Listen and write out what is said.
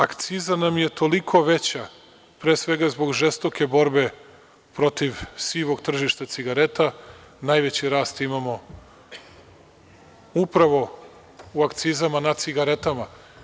Akciza nam je toliko veća, pre svega zbog žestoke borbe protiv sivog tržišta cigareta, najveći rast imamo upravo u akcizama na cigaretama.